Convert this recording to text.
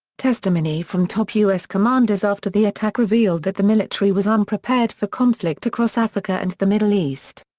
testimony from top u s. commanders after the attack revealed that the military was unprepared for conflict across africa and the middle east.